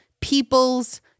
people's